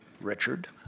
Richard